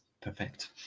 perfect